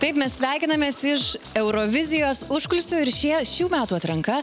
taip mes sveikinamės iš eurovizijos užkulisių ir šie šių metų atranka